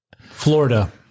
Florida